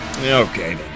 Okay